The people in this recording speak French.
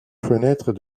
fenêtre